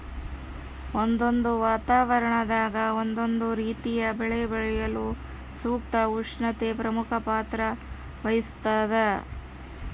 ಒಂದೊಂದು ವಾತಾವರಣದಾಗ ಒಂದೊಂದು ರೀತಿಯ ಬೆಳೆ ಬೆಳೆಯಲು ಸೂಕ್ತ ಉಷ್ಣತೆ ಪ್ರಮುಖ ಪಾತ್ರ ವಹಿಸ್ತಾದ